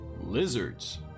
Lizards